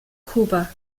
kuba